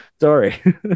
Sorry